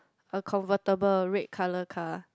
a convertible red colour car